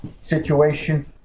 situation